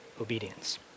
obedience